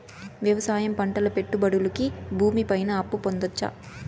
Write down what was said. వ్యవసాయం పంటల పెట్టుబడులు కి భూమి పైన అప్పు పొందొచ్చా?